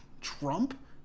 Trump